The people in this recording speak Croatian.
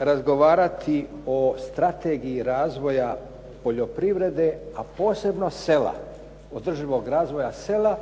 razgovarati o strategiji razvoja poljoprivrede, a posebno sela, održivog razvoja sela